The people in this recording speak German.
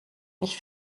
ich